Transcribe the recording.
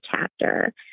chapter